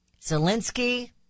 Zelensky